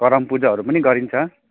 करम पूजाहरू पनि गरिन्छ